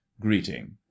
greeting